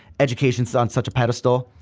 education is on such a pedestal.